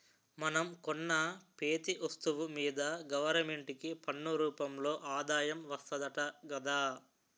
మనం కొన్న పెతీ ఒస్తువు మీదా గవరమెంటుకి పన్ను రూపంలో ఆదాయం వస్తాదట గదా